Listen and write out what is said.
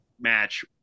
match